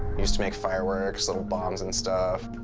used to make fireworks, little bombs and stuff.